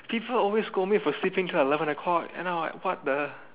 people always scold me for sleeping till eleven o clock and I am like what the